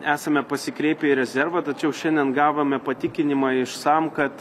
esame pasikreipę į rezervą tačiau šiandien gavome patikinimą iš sam kad